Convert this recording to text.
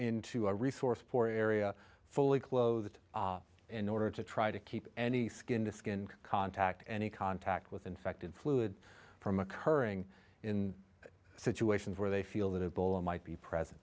into a resource poor area fully clothed in order to try to keep any skin to skin contact any contact with infected fluid from occurring in situations where they feel that it might be